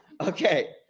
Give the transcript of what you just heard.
okay